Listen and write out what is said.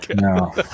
no